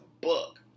book